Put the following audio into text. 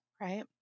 right